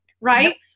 right